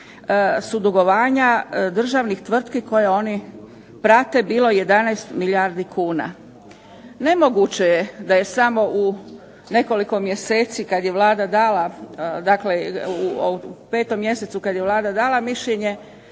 su dugovanja državnih tvrtki koje oni prate bilo 11 milijardi kuna. Nemoguće je da je samo u nekoliko mjeseci kada je Vlada dala, u 5. mjesecu kada je Vlada dala mišljenje